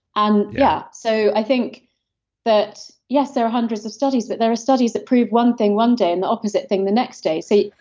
and yeah, so i think that yes, there are hundreds of studies, but there are studies that prove one thing one day and the opposite thing the next day. so